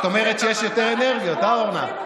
את אומרת שיש יותר אנרגיות, אה, אורנה?